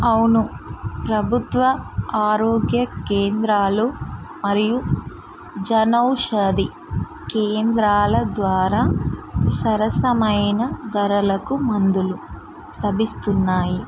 అవును ప్రభుత్వ ఆరోగ్య కేంద్రాలు మరియు జన ఔషది కేంద్రాల ద్వారా సరసమైన ధరలకు మందులు లభిస్తున్నాయి